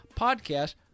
podcast